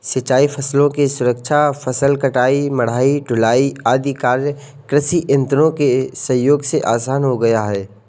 सिंचाई फसलों की सुरक्षा, फसल कटाई, मढ़ाई, ढुलाई आदि कार्य कृषि यन्त्रों के सहयोग से आसान हो गया है